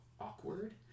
awkward